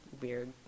weird